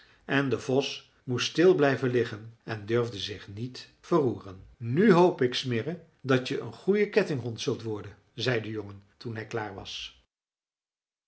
en de vos moest stil blijven liggen en durfde zich niet verroeren nu hoop ik smirre dat je eene goede kettinghond zult worden zei de jongen toen hij klaar was